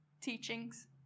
teachings